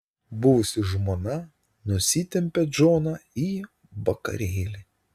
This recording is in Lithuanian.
buvusi žmona nusitempia džoną į vakarėlį